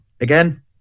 again